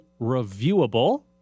reviewable